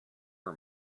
her